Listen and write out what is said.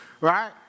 Right